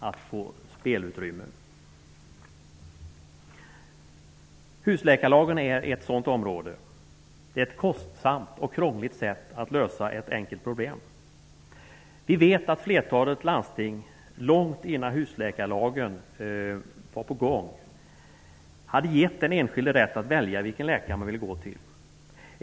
Detta gäller bl.a. beträffande husläkarlagen, som är ett kostsamt och krångligt sätt att lösa ett enkelt problem. Flertalet landsting hade långt innan husläkarlagen blev aktuell gett den enskilde rätt att välja vilken läkare han eller hon vill gå till.